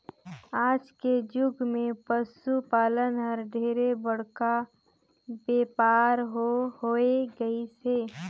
आज के जुग मे पसु पालन हर ढेरे बड़का बेपार हो होय गईस हे